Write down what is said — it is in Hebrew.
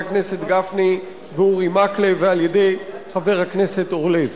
הכנסת גפני ואורי מקלב ועל-ידי חבר הכנסת אורלב.